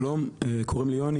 שלום, קוראים לי יוני.